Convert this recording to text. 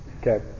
Okay